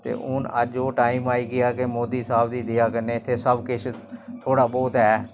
सकदी ऐ ठीक ऐ ते पैह्लै पैह्लै ते लोक